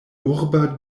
urba